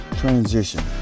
transition